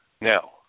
Now